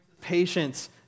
patience